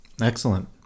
excellent